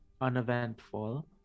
uneventful